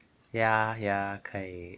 ya ya 可以